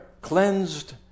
cleansed